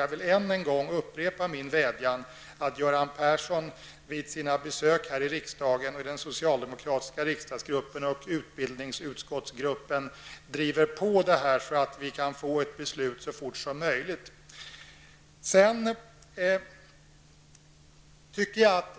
Jag vill än en gång upprepa min vädjan att Göran Persson vid sina besök här i riksdagen, i den socialdemokratiska riksdagsgruppen och utbildningsutskottsgruppen skall driva på detta så att vi kan få ett beslut så snart som möjligt. Jag tycker att